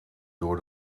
door